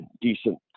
decent